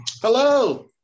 hello